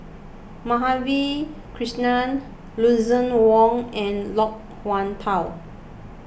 Madhavi Krishnan Lucien Wang and Loke Wan Tho